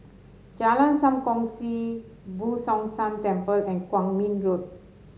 Jalan Sam Kongsi Boo Tong San Temple and Kwong Min Road